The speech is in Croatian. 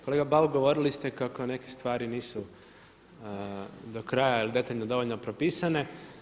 Kolega Bauk govorili ste kako neke stvari nisu do kraja ili detaljno dovoljno propisane.